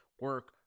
Work